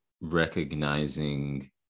recognizing